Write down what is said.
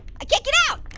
i can't get out!